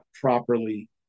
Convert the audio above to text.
properly